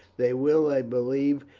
they will, i believe,